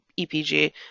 EPG